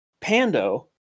Pando